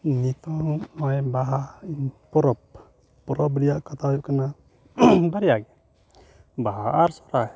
ᱱᱤᱛᱚᱝ ᱱᱚᱜᱼᱚᱭ ᱵᱟᱦᱟ ᱯᱚᱨᱚᱵᱽ ᱯᱚᱨᱚᱵᱽ ᱨᱮᱭᱟ ᱠᱟᱛᱷᱟ ᱦᱩᱭᱩᱜ ᱠᱟᱱᱟ ᱵᱟᱨᱭᱟ ᱜᱮ ᱵᱟᱦᱟ ᱟᱨ ᱥᱚᱦᱚᱨᱟᱭ